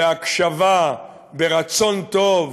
בהקשבה, ברצון טוב,